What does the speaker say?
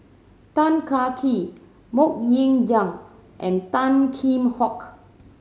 Tan Kah Kee Mok Ying Jang and Tan Kheam Hock